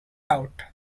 out